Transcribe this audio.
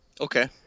Okay